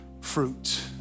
fruit